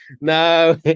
no